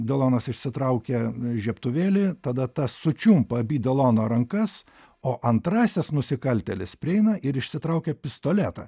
delonas išsitraukia žiebtuvėlį tada tas sučiumpa abi delono rankas o antrasis nusikaltėlis prieina ir išsitraukia pistoletą